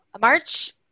March